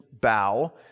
bow